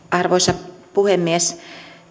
arvoisa puhemies